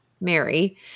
Mary